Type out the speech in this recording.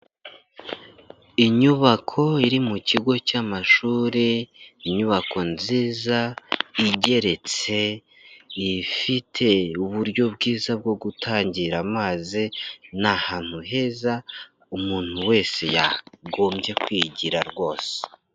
Inyubako iri mu kigo cy'amashuri, inyubako nziza igeretse ifite uburyo bwiza bwo gutangira amazi. Ni ahantu heza umuntu wese yakagombye kwigira rwose.